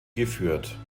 geführt